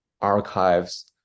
archives